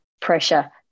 pressure